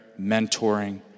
mentoring